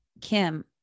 Kim